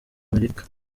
amerika